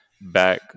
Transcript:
back